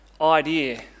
idea